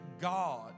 God